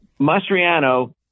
Mastriano